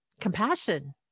compassion